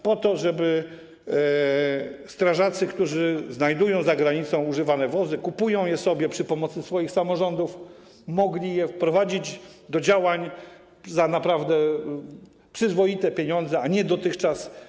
Chodzi o to, żeby strażacy, którzy znajdują za granicą używane wozy, kupują je przy pomocy swoich samorządów, mogli je wprowadzić do działań za naprawdę przyzwoite pieniądze, a nie tak jak dotychczas.